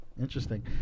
Interesting